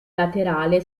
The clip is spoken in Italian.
laterale